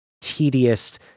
tedious